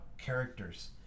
characters